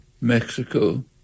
Mexico